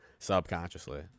Subconsciously